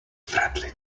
friendly